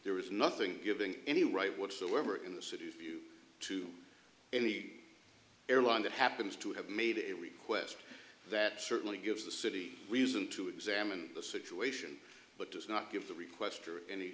there is nothing giving any right whatsoever in the city view to in the airline that happens to have made a request that certainly gives the city reason to examine the situation but does not give the requestor any